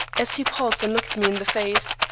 as he paused and looked me in the face,